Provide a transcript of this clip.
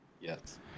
Yes